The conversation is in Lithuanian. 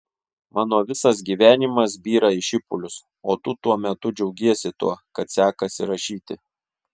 mano visas gyvenimas byra į šipulius o tu tuo metu džiaugiesi tuo kad sekasi rašyti